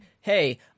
Hey